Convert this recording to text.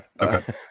Okay